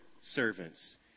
servants